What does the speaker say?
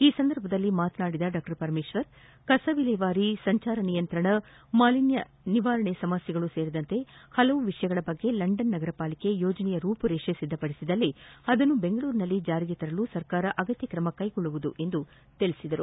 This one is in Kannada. ಈ ಸಂದರ್ಭದಲ್ಲಿ ಮಾತನಾಡಿದ ಡಾ ಪರಮೇಶ್ವರ್ ಕಸವಿಲೇವಾರಿ ಸಮಸ್ಯೆ ಸಂಚಾರ ನಿಯಂತ್ರಣ ಮಾಲಿನ್ಯ ನಿವಾರಣೆ ಸಮಸ್ಯೆಗಳು ಸೇರಿದಂತೆ ಪಲವು ವಿಷಯಗಳ ಕುರಿತು ಲಂಡನ್ ನಗರಪಾಲಿಕೆ ಯೋಜನೆಯ ರೂಪುರೇಷೆ ಸಿದ್ಧಪಡಿಸಿದರೆ ಅದನ್ನು ವೆಂಗಳೂರಿನಲ್ಲಿ ಜಾರಿಗೆ ತರಲು ಸರ್ಕಾರ ಅಗತ್ಯ ಕ್ರಮ ಕೈಗೊಳ್ಳಲಿದೆ ಎಂದರು